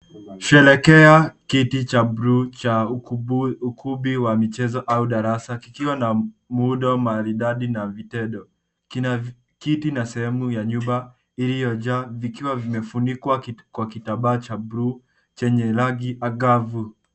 Sherehekea kiti cha buluu cha ukumbi wa michezo au darasa kikiwa na muundo maridadi na vitendo, kina kiti na sehemu ya nyumba iliojaa vikiwa vimefunikwa kwa kitambaa cha buluu chenye rangi angavu.